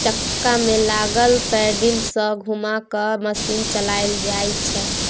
चक्का में लागल पैडिल सँ घुमा कय मशीन चलाएल जाइ छै